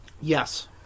Yes